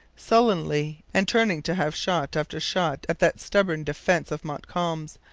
sullenly, and turning to have shot after shot at that stubborn defence of montcalm's,